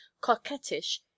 coquettish